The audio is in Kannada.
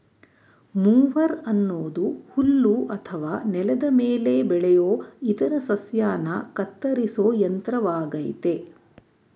ಮೊವರ್ ಅನ್ನೋದು ಹುಲ್ಲು ಅಥವಾ ನೆಲದ ಮೇಲೆ ಬೆಳೆಯೋ ಇತರ ಸಸ್ಯನ ಕತ್ತರಿಸೋ ಯಂತ್ರವಾಗಯ್ತೆ